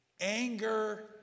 Anger